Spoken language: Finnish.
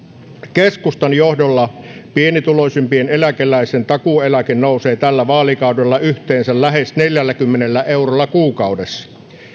keskustan johdolla pienituloisimman eläkeläisen takuueläke nousee tällä vaalikaudella yhteensä lähes neljälläkymmenellä eurolla kuukaudessa